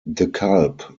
dekalb